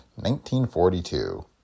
1942